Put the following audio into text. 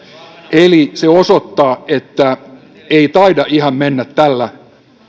eli se osoittaa että ei taida ihan mennä tällä